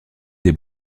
des